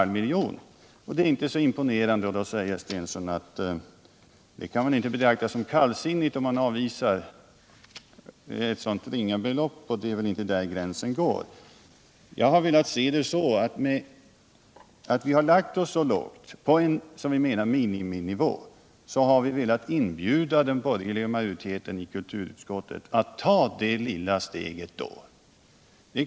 Det beloppet är inte så imponerande och därför säger herr Stensson att man väl inte kan betrakta det som kallsinnigt att säga nej till ett så ringa belopp och att gränsen väl inte går just där. Genom att vi bestämt oss för denna nivå, som enligt vå mening är en miniminivå, har vi velat inbjuda den borgerliga majoriteten i kulturutskottet att ta det här lilla steget.